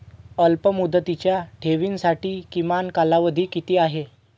अल्पमुदतीच्या ठेवींसाठी किमान कालावधी किती आहे?